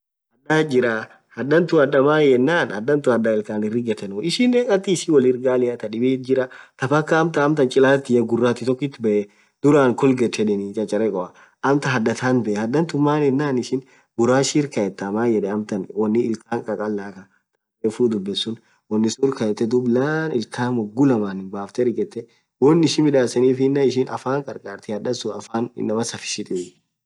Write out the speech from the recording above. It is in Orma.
Hadhaath jirah hadhatun hadha maan yenan hadhatun hadha ill khanin righethun ishinen dhaki ishii wolirii ghalia tha dhithi Jira thaa paka amtan chilathia ghurathi tokkit beee dhuran Colgate yedheni chacharrekhoa amtan hadhaa than beee hadha tun maan yenan ishin burashirrr kayetha maaan yedhen amtan Unni Ill Khan khakhalah Khan than refuu dhubedh suun unisurr khayet laan dhub ill Khan moghuu lamanin bafthe righethee wonn ishii midhasenifnen ishii afan kharkharthiii hadha sunn afan inamaa safishithii